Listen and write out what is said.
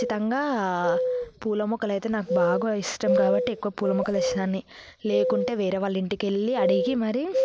ఖచ్చితంగా పూల మొక్కలైతే నాకు బాగా ఇష్టం కాబట్టి ఎక్కువ పూల మొక్కలు వేసేదాన్ని లేకుంటే వేరే వాళ్ళ ఇంటికి వెళ్ళి అడిగీ మరి